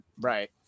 Right